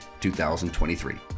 2023